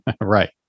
Right